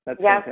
Yes